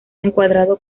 encuadrado